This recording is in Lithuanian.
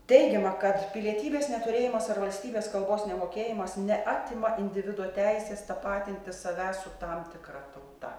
teigiama kad pilietybės neturėjimas ar valstybės kalbos nemokėjimas neatima individo teisės tapatinti savęs su tam tikra tauta